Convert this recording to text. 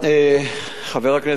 חבר הכנסת אזולאי,